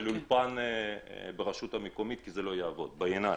אולפן ברשות המקומית כי בעיני זה לא יעבוד.